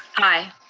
aye.